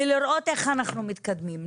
ולראות איך אנחנו מתקדמים.